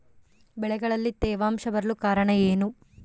ಬೆಳೆಗಳಲ್ಲಿ ತೇವಾಂಶ ಬರಲು ಕಾರಣ ಏನು?